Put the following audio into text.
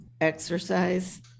exercise